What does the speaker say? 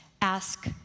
ask